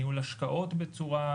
ניהול השקעות בצורה,